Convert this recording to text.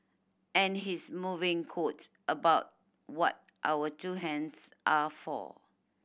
and his moving quote about what our two hands are for